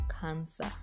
cancer